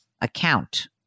account